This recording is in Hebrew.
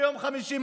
ביום חמישי,